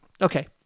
Okay